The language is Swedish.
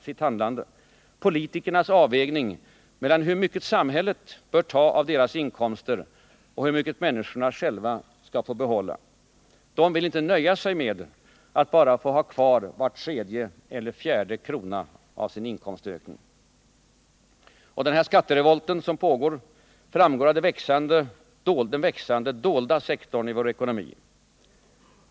sitt handlande — politikernas avvägning mellan hur mycket samhället bör ta av deras inkomster och hur mycket människorna själva skall få behålla. De vill inte nöja sig med att bara få ha kvar var tredje eller var fjärde krona av sin inkomstökning. Denna pågående skatterevolt framgår av den växande dolda sektorn i vår ekonomi.